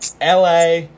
LA